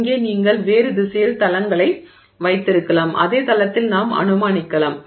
இங்கே நீங்கள் வேறு திசையில் தளங்களை வைத்திருக்கலாம் அதே தளத்தில் நாம் அனுமானிக்கலாம்